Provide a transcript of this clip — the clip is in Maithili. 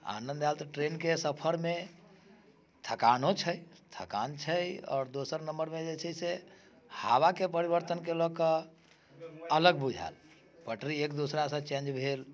आनंद आएल तऽ ट्रेनके सफरमे थकानो छै थकान छै आओर दोसर नंबरमे जे छै से हवाके परिवर्तनके लऽकऽ अलग बुझाइत पटरी एक दूसरा से चेंज भेल